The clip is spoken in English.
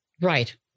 Right